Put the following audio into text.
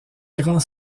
grand